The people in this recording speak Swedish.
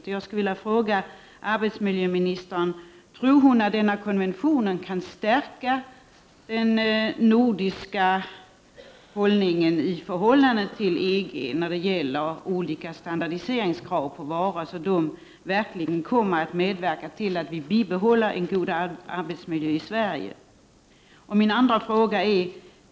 Jag skulle därför vilja fråga arbetsmarknadsministern: Tror arbetsmarknadsministern att konventionen kan stärka den nordiska hållningen i förhållande till EG i fråga om olika krav på standardisering av varor så, att vi kan bibehålla en god arbetsmiljö i Sverige?